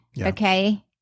okay